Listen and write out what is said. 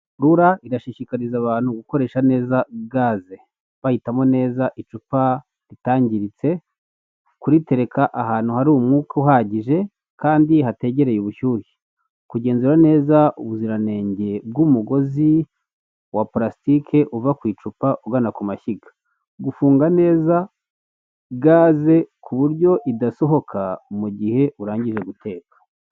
Rura irashishikariza abantu gukoresha neza gaze. Bahitamo neza icupa ritangiritse, kuritereka ahantu hari umwuka uhagije, kandi hategereye ubushyuhe, kugenzura neza ubuziranenge bw'umugozi wa palasitike uva ku icupa ugana ku mashyiga, gufunga neza gaze ku buryo idasohoka mu gihe urangije guteka.